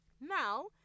Now